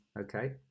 Okay